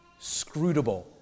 scrutable